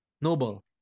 Noble